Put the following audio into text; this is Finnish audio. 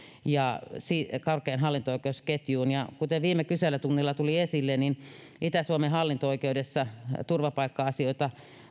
ja korkeimman hallinto oikeuden ketjuun kuten viime kyselytunnilla tuli esille niin itä suomen hallinto oikeudessa turvapaikka asioita